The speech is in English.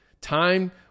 time